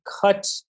cut